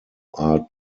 are